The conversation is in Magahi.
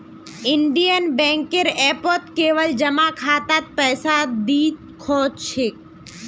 इंडियन बैंकेर ऐपत केवल जमा खातात पैसा दि ख छेक